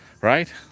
right